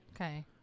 Okay